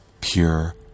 pure